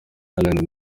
alain